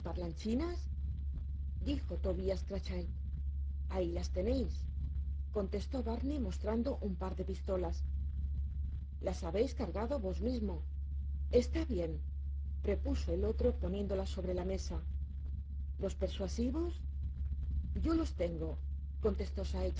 dijo tobias crachit ahi las teneis contestó barney mostrando un par de pistolaslas habeis cargado vos mismo está bien repuso el otro poniéndolas sobre la mesa los persuasivos yo los tengo contestó